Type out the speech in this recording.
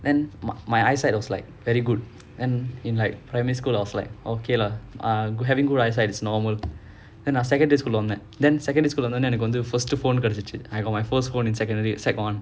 then my my eyesight was like very good and in like primary school I was like okay lah uh having good eyesight is normal and our secondary school then secondary school வந்தோனே எனக்கு வந்து:vanthonae ennakku vanthu first phone கிடைச்சிச்சி:kidaichichi I got my first phone in secondary secondary one